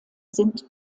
sind